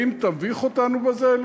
האם תביך אותנו בזה?